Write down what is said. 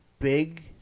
big